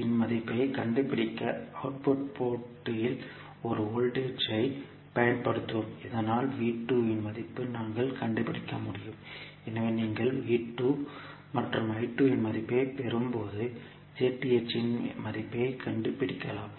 இன் மதிப்பைக் கண்டுபிடிக்க output port இல் ஒரு வோல்டேஜ் ஐ பயன்படுத்துவோம் இதனால் இன் மதிப்பை நாங்கள் கண்டுபிடிக்க முடியும் எனவே நீங்கள் மற்றும் இன் மதிப்பைப் பெறும்போது இன் மதிப்பைக் கண்டுபிடிக்கலாம்